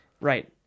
Right